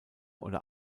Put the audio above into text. oder